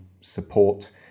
support